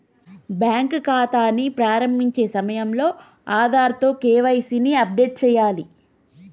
bank ఖాతాని ప్రారంభించే సమయంలో ఆధార్తో కేవైసీ ని అప్డేట్ చేయాలే